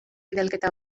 bidalketa